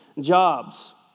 jobs